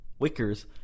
Wickers